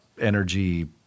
energy